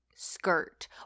skirt